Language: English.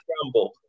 scramble